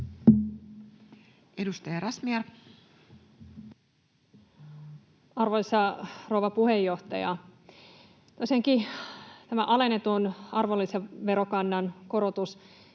Edustaja Razmyar. Arvoisa rouva puheenjohtaja! Tosiaankin tämä alennetun arvonlisäverokannan korotus